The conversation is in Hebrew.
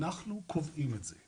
אנחנו קובעים את זה.